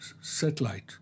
satellite